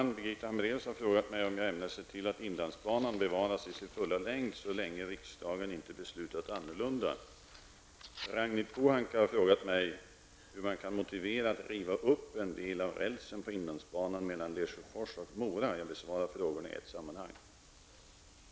Herr talman! Birgitta Hambraeus har frågat mig om jag ämnar se till att inlandsbanan bevaras i sin fulla längd så länge riksdagen inte beslutat annorlunda. Ragnhild Pohanka har frågat mig hur man kan motivera att riva upp en del av rälsen på inlandsbanan mellan Lesjöfors och Mora. Jag besvarar frågorna i ett sammanhang.